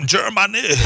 Germany